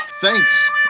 Thanks